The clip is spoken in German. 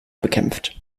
bekämpft